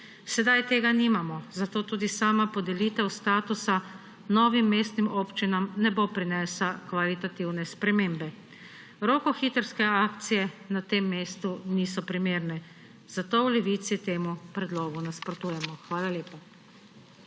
Sedaj tega nimamo, zato tudi sama podelitev statusa novim mestnim občinam ne bo prinesla kvalitativne spremembe. Rokohitrske akcije na tem mestu niso primerne, zato v Levici temu predlogu nasprotujemo. Hvala lepa.